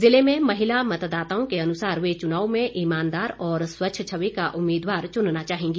जिले में महिला मतदाताओं के अनुसार वे चुनाव में ईमानदार और स्वच्छ छवि का उम्मीदवार चुनना चाहेंगी